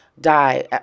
die